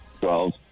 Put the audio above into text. Twelve